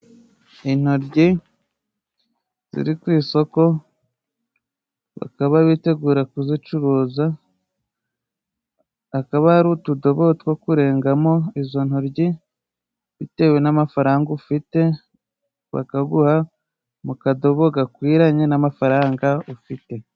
Intoryi ziri ku isoko bakaba bitegura kuzicuruza. Akaba hari utudobo two kurengamo izo ntoryi bitewe n'amafaranga ufite. Bakaguha mu kadobo gakwiranye n'amafaranga ufite.